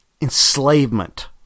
enslavement